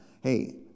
Hey